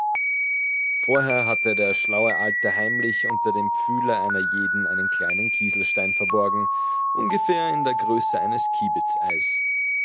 vorher hatte der schlaue alte heimlich unter dem pfühle einer jeden einen kleinen kieselstein verborgen ungefähr in der größe eines kibitzeies